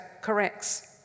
corrects